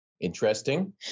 interesting